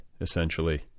essentially